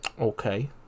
Okay